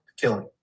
killing